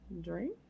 Drink